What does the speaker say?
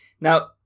Now